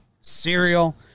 cereal